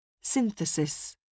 Synthesis